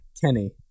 Kenny